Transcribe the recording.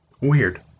weird